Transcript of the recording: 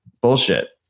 bullshit